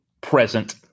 present